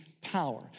power